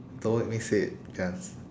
don't make me say it gus